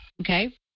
Okay